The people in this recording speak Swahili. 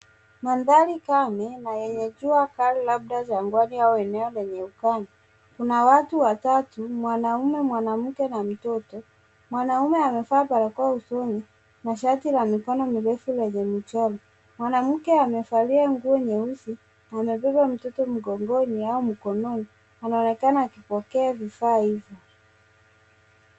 Mandari kame na enye jua kali labda chagwani au eneo lenye ukame. Kuna watu watatu, mwanaume, mwanamke na mtoto, mwanaume amevaa barakoa usoni na shati ya mikono mirefu lenye mijemi, mwanamke amevalia nguo nyeusi anabeba mtoto mngongoni au mkononi. Anaonekana akipokea vifaa hivo.